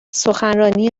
سخنرانی